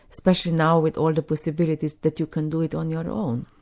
especially now with all the possibilities that you can do it on your own.